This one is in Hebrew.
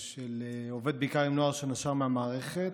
שעובד בעיקר עם נוער שנשר מהמערכת.